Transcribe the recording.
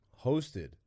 hosted